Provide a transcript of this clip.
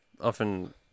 often